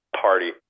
Party